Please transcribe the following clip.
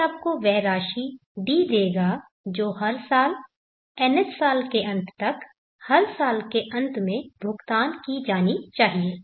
यह आपको वह राशि D देगा जो हर साल nth साल के अंत तक हर साल के अंत में भुगतान की जानी चाहिए